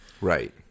right